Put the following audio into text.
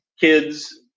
kids